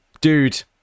dude